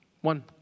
One